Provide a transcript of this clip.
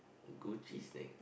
Gucci snake